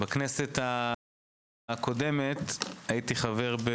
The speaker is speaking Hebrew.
בכנסת הקודמת הייתי חבר הכנסת היחיד מאצלנו